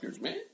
man